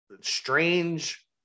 strange